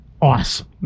awesome